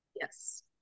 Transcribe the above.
Yes